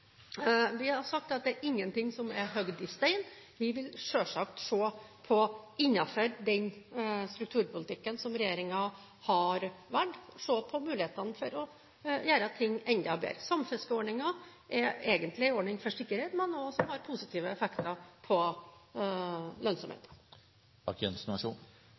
Vi har sagt at det er ingen ting som er hogd i stein. Vi vil selvsagt se på mulighetene for å gjøre ting enda bedre innenfor den strukturpolitikken som regjeringen har valgt. Samfiskeordningen er egentlig en ordning for sikkerhet, men som også har positive effekter på